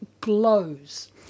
glows